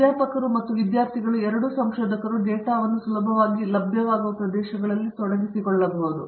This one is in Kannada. ಮತ್ತು ಅಧ್ಯಾಪಕರು ಮತ್ತು ವಿದ್ಯಾರ್ಥಿಗಳು ಎರಡೂ ಸಂಶೋಧಕರು ಡೇಟಾವನ್ನು ಸುಲಭವಾಗಿ ಲಭ್ಯವಾಗುವ ಪ್ರದೇಶಗಳಲ್ಲಿ ತೊಡಗಿಸಿಕೊಳ್ಳಬಹುದು